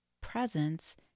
presence